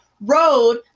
road